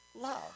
love